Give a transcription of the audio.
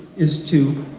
is to